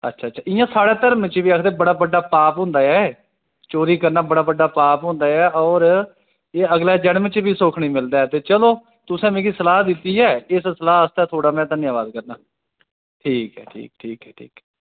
अच्छा अच्छा इ'या साढ़े धर्म बिच्च बी आखदे बड़ा बड्डा पाप होंदा ऐ चोरी करना बड़ा बड्डा पाप होंदा ऐ होर ते अगले जनम बिच्च बी सुख निं मिलदा ऐ चलो तुसें मिगी सलाह् दित्ती ऐ इस सलाह् आस्तै में थुआढ़ा धन्नबाद करना ठीक ऐ ठीक ऐ ठीक